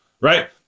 right